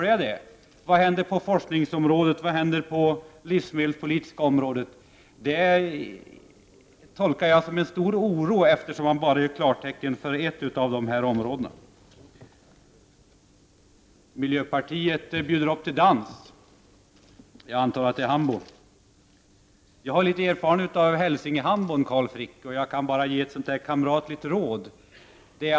Vad händer på forskningsområdet, på det livsmedelspolitiska området osv.? Jag tolkar detta som en stor oro eftersom man bara ger klartecken för ett av dessa områden. Miljöpartiet bjuder upp till dans. Jag antar att det är hambo. Jag har litet erfarenhet av hälsingehambo, Carl Frick, och jag kan bara ge ett litet råd.